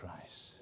Christ